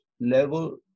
level